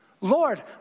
Lord